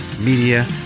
Media